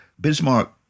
Bismarck